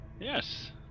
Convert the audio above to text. Yes